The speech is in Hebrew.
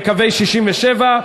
בקווי 67',